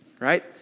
Right